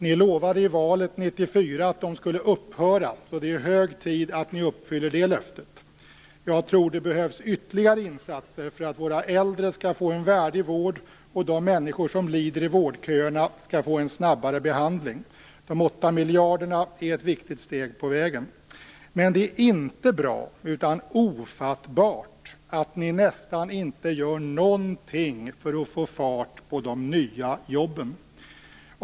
Ni lovade i valet 1994 att de skulle upphöra, så det är hög tid att ni uppfyller det löftet. Jag tror att det behövs ytterligare insatser för att våra äldre skall få en värdig vård och för att de människor som lider i vårdköerna skall få en snabbare behandling. De 8 miljarderna är ett viktigt steg på vägen. Men det är inte bra - utan ofattbart - att ni nästan inte gör någonting för att få fart på de nya jobben.